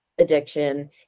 addiction